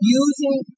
using